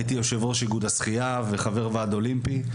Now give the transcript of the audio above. הייתי יושב-ראש איגוד השחייה וחבר הוועד האולימפי,